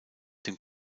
dem